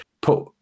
put